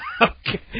okay